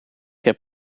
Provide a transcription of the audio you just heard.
heb